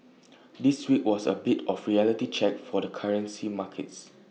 this week was A bit of reality check for the currency markets